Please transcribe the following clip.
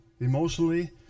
Emotionally